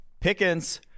Pickens